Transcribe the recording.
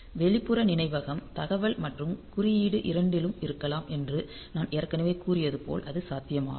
வெளிப்புற நினைவகம் தகவல் மற்றும் குறியீடு இரண்டிலும் இருக்கலாம் என்று நான் ஏற்கனவே கூறியது போல் அது சாத்தியமாகும்